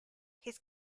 his